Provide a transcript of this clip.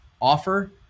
offer